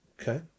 Okay